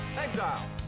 exile